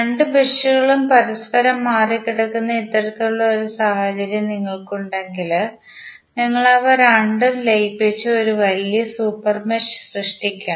രണ്ട് മെഷുകൾ പരസ്പരം മറികടക്കുന്ന ഇത്തരത്തിലുള്ള ഒരു സാഹചര്യം നിങ്ങൾക്കുണ്ടെങ്കിൽ നിങ്ങൾ അവ രണ്ടും ലയിപ്പിച്ച് ഒരു വലിയ സൂപ്പർ മെഷ് സൃഷ്ടിക്കണം